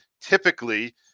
Typically